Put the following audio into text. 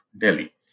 Delhi